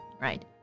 right